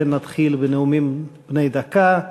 לכן נתחיל בנאומים בני דקה.